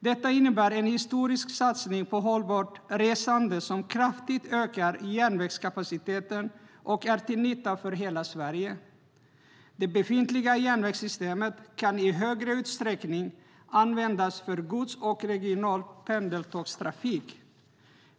Det innebär en historisk satsning på hållbart resande som kraftigt ökar järnvägskapaciteten och är till nytta för hela Sverige.Det befintliga järnvägssystemet kan i större utsträckning användas för gods och regional pendeltågstrafik.